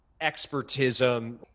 expertism